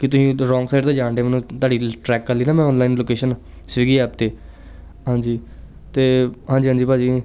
ਕਿ ਤੁਸੀਂ wrong side 'ਤੇ ਜਾਣ ਡੇ ਮੈਨੂੰ ਤੁਹਾਡੀ ਟਰੈਕ ਕਰ ਲਈ ਨਾ ਮੈਂ ਔਨਲਾਈਨ ਲੋਕੇਸ਼ਨ ਸਵੀਗੀ ਐਪ 'ਤੇ ਹਾਂਜੀ ਅਤੇ ਹਾਂਜੀ ਹਾਂਜੀ ਭਾਅ ਜੀ